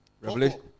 Revelation